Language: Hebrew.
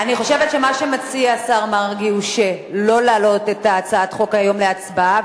אני חושבת שמה שהשר מרגי מציע הוא שלא להעלות את הצעת החוק היום להצבעה,